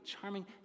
charming